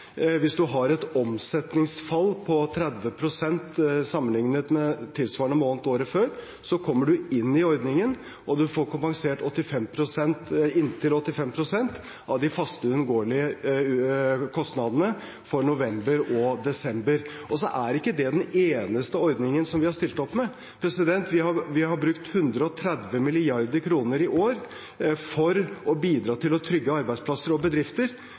Hvis man har et omsetningsfall på 30 pst. sammenlignet med tilsvarende måned året før, kommer man inn i ordningen, og man får kompensert inntil 85 pst. av de faste, uunngåelige kostnadene for november og desember. Så er ikke det den eneste ordningen som vi har stilt opp med. Vi har brukt 130 mrd. kr i år for å bidra til å trygge arbeidsplasser og bedrifter,